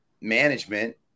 management –